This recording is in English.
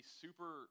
super